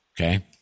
okay